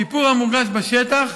השיפור מורגש בשטח,